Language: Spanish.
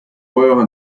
juegos